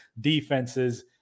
defenses